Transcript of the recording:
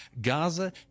Gaza